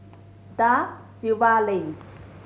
Da Silva Lane